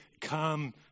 come